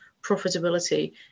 profitability